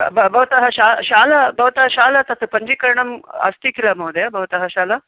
भवतः शा शाला भवतः शाला तत् पञ्जीकरणम् अस्ति किल महोदय भवतः शाला